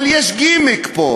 אבל יש גימיק פה.